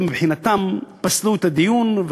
מבחינתם פסלו את הדיון,